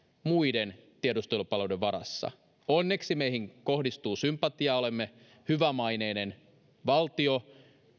muiden tiedustelupalveluiden varassa onneksi meihin kohdistuu sympatiaa olemme hyvämaineinen valtio